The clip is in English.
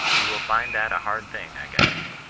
you will find that a hard thing, i guess